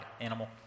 animal